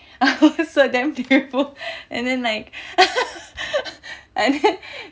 I was so damn playful and then like and then